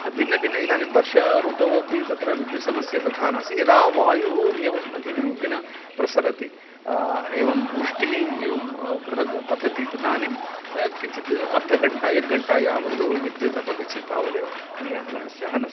भिन्न भिन्न इदानीं वर्षा ऋतौ अपि तत्र विद्युत् समस्या तथा नासीत् यदा वायुः एवम् अधिकरूपेण प्रसरति एवं वृष्टिः एवं बृहद् पतति तदानीं किञ्चिद् अर्धघण्टा एकघण्टा यावत् विद्युत् अपगच्छति तावदेव अन्याः समस्याः न सन्ति